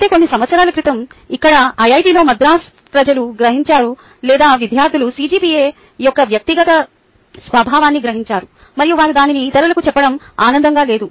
అయితే కొన్ని సంవత్సరాల క్రితం ఇక్కడ ఐఐటిలో మద్రాస్ ప్రజలు గ్రహించారు లేదా విద్యార్థులు CGPA యొక్క వ్యక్తిగత స్వభావాన్ని గ్రహించారు మరియు వారు దానిని ఇతరులకు చెప్పడం ఆనందంగా లేదు